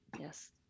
yes